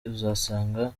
uzasanga